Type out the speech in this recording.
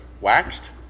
waxed